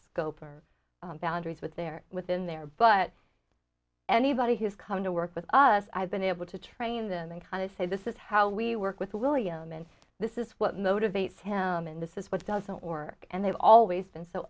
scope for boundaries with there within there but anybody who has come to work with us i've been able to train them they kind of say this is how we work with william and this is what motivates him and this is what doesn't work and they've always been so